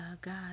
God